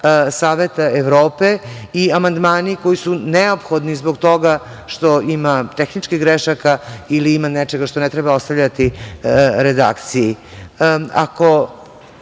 Saveta Evrope i amandmani koji su neophodni zbog toga što ima tehničkih grešaka ili ima nečega što ne treba ostavljati redakciji. Ako,